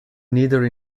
neither